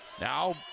now